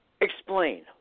Explain